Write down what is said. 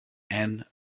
and